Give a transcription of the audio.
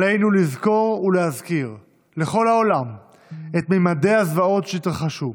עלינו לזכור ולהזכיר לכל העולם את ממדי הזוועות שהתרחשו,